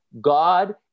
God